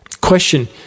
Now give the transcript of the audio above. Question